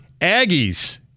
Aggies